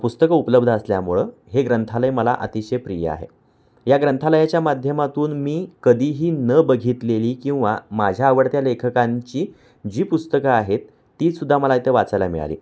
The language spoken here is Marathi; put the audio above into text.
पुस्तकं उपलब्ध असल्यामुळं हे ग्रंथालय मला अतिशय प्रिय आहे या ग्रंथालयाच्या माध्यमातून मी कधीही न बघितलेली किंवा माझ्या आवडत्या लेखकांची जी पुस्तकं आहेत ती सुद्धा मला इथं वाचायला मिळाली